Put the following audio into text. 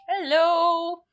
hello